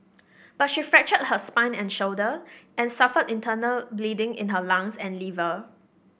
but she fractured her spine and shoulder and suffered internal bleeding in her lungs and liver